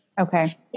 okay